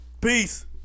Peace